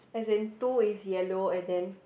as in two is yellow and then